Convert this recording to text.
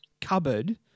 cupboard